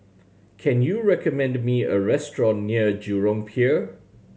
can you recommend me a restaurant near Jurong Pier